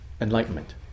enlightenment